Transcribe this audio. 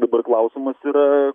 dabar klausimas yra